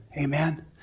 Amen